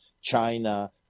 China